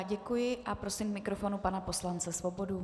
Děkuji a prosím k mikrofonu pana poslance Svobodu.